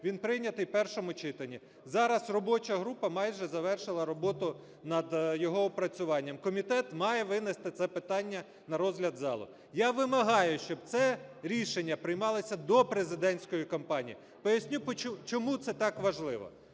Він прийнятий в першому читанні. Зараз робоча група майже завершила роботу над його опрацюванням. Комітет має винести це питання на розгляд залу. Я вимагаю, щоб це рішення приймалося до президентської кампанії. Поясню, чому це так важливо.